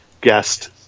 guest